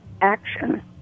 action